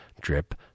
drip